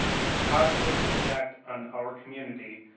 their positive impact on our community,